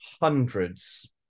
hundreds